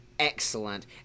Excellent